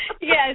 Yes